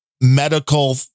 medical